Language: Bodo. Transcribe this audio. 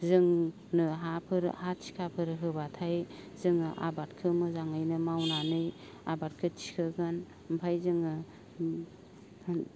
जोंनो हाफोर हा थिखाफोर होब्लाथाय जोङो आबादखो मोजाङैनो मावनानै आबादखो थिखोगोन ओमफाय जोङो